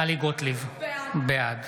טלי גוטליב, בעד